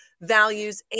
values